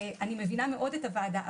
אני מבינה מאוד את הוועדה,